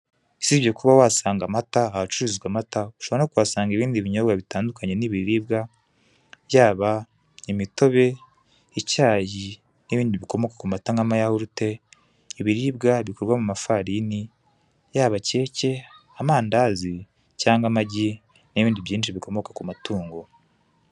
Usibye kuba wasanga amata ahacururizwa amata, ushobora no kuhasanga ibindi binyobwa bitandukanye n'ibiribwa, yaba imitobe, icyayi n'ibindi bikomoka ku mata nk'amayahurute, ibiribwa bikorwa mu mafarini:yaba keke, amandazi cyangwa amagi n'ibindi bikomoka ku matungo.